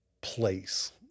place